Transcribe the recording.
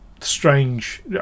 strange